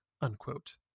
unquote